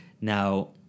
now